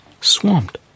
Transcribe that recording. swamped